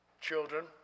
Children